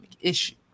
issue